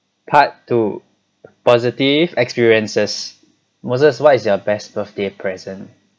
part two positive experiences moses what is your best birthday present